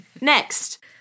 Next